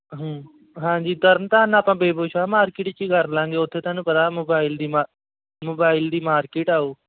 ਹਾਂਜੀ ਤਰਨ ਤਾਰਨ ਆਪਾਂ ਬੇਬੂ ਸ਼ਾਹ ਮਾਰਕੀਟ 'ਚ ਹੀ ਕਰ ਲਾਂਗੇ ਉੱਥੇ ਤੁਹਾਨੂੰ ਪਤਾ ਮੋਬਾਈਲ ਦੀ ਮਾ ਮੋਬਾਈਲ ਦੀ ਮਾਰਕੀਟ ਆ ਓਹ